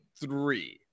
three